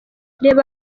reba